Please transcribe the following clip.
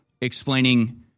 explaining